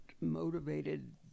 motivated